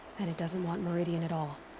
and it doesn't want meridian at all.